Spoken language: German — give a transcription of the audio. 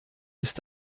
ist